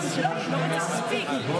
בועז, תירגע או תצא.